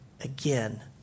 again